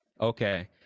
Okay